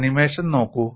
animation നോക്കൂ